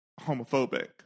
homophobic